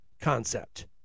concept